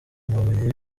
mabuye